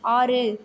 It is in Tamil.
ஆறு